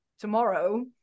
tomorrow